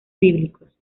bíblicos